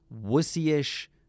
wussy-ish